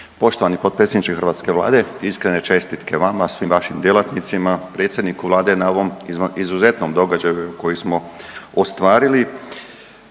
Poštovani potpredsjedniče hrvatske Vlade iskrene čestitke vama, svim vašim djelatnicima, predsjedniku Vlade na ovom izuzetnom događaju koji smo ostvarili